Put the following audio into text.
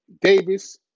Davis